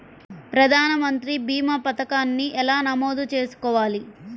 ప్రధాన మంత్రి భీమా పతకాన్ని ఎలా నమోదు చేసుకోవాలి?